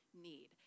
need